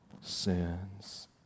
sins